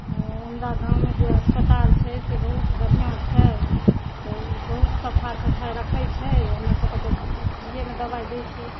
हमरा गाममे जे अस्पताल छै से बहुत बढ़िऑं छै तऽ ओ बहुत सफा सफाइ रखै छै हमरा सब के तऽ फ्रीयेमे दबाइ दै छै